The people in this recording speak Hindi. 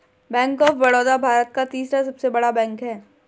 बैंक ऑफ़ बड़ौदा भारत का तीसरा सबसे बड़ा बैंक हैं